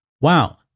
Wow